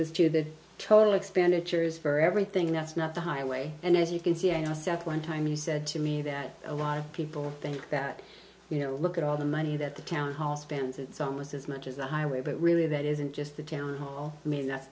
us to the total expenditures for everything that's not the highway and as you can see i said one time you said to me that a lot of people think that you know look at all the money that the town hall spans it's almost as much as the highway but really that isn't just the town hall meeting that's